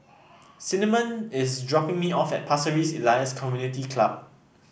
Cinnamon is dropping me off at Pasir Ris Elias Community Club